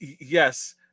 Yes